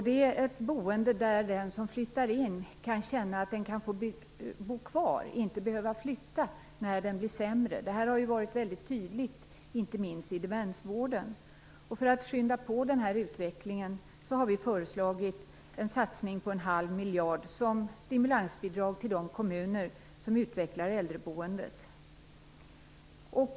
Det är ett boende där man, när man flyttar in, kan få känna att man får bo kvar och inte behöver flytta när man blir sämre. Det har varit väldigt tydligt, inte minst i demensvården. För att skynda på den här utvecklingen, har vi föreslagit en satsning på en halv miljard kronor som stimulansbidrag till de kommuner som utvecklar äldreboendet.